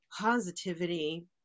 positivity